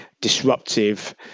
disruptive